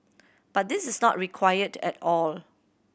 but this is not required at all